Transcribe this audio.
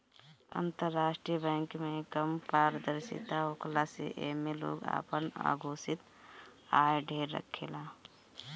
अंतरराष्ट्रीय बैंक में कम पारदर्शिता होखला से एमे लोग आपन अघोषित आय ढेर रखेला